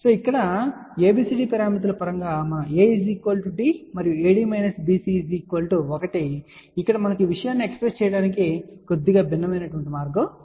ఇప్పుడు ఇక్కడ ABCD పారామితుల పరంగా మనం A D మరియు AD BC 1 ఇక్కడ మనకు విషయాన్ని ఎక్స్ప్రెస్ చేయడానికి కొద్దిగా భిన్నమైన మార్గం ఉంది